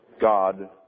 God